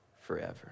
forever